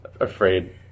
afraid